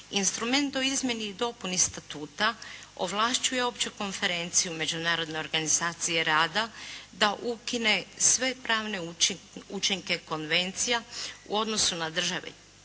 Instrument o izmjeni i dopuni statuta ovlašćuje Opću konferenciju Međunarodne organizacije rada da ukine sve pravne učinke konvencija u odnosu na države